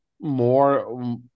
more